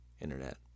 Internet